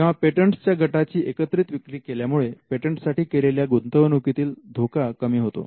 तेव्हा पेटंटस च्या गटाची एकत्रित विक्री केल्यामुळे पेटंटसाठी केलेल्या गुंतवणुकीतील धोका कमी होतो